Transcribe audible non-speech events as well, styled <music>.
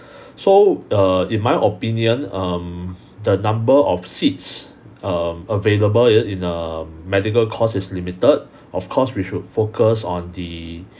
<breath> so err in my opinion um the number of seats um available in a medical course is limited of course we should focus on the